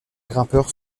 grimpeur